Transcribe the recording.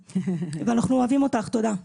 אנחנו אוהבים אותך, תודה.